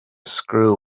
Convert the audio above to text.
screw